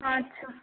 अच्छा